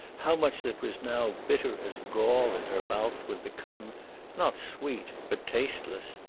how much that was now bitter as gall in her mouth would become not sweet but tasteless.